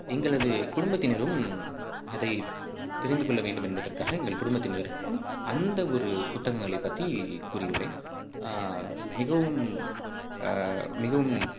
எங்களது குடும்பத்தினரும் அதை தெரிந்துக்கொள்ள வேண்டும் என்பதற்காக எங்கள் குடும்பத்தினருக்கும் அந்த ஒரு புத்தகங்களை பற்றி கூறியுள்ளேன் மிகவும் மிகவும்